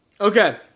Okay